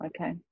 okay